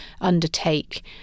undertake